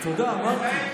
תודה, אמרתי.